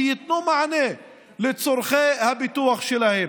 שייתנו מענה לצורכי הפיתוח שלהם.